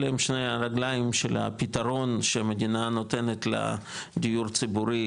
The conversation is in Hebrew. אלה שני הרגליים של הפתרון שהמדינה נותנת לדיור הציבורי